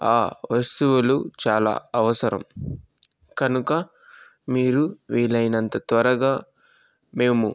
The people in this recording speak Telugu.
ఆ వస్తువులు చాలా అవసరం కనుక మీరు వీలైనంత త్వరగా మేము